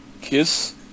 KISS